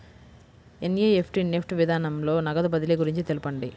NEFT NEFT విధానంలో నగదు బదిలీ గురించి తెలుపండి?